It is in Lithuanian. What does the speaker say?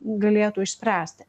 galėtų išspręsti